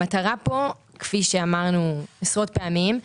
המטרה פה כפי שאמרנו עשרות פעמים,